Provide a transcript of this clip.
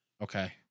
Okay